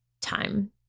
time